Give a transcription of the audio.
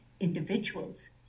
individuals